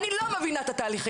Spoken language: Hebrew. אני לא מבינה את התהליכים.